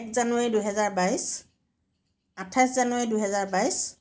এক জানুৱাৰী দুইহাজাৰ বাইছ আঠাইশ জানুৱাৰী দুইহাজাৰ বাইছ